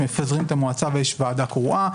שמפזרים את המועצה ויש ועדה קרואה,